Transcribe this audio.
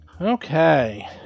Okay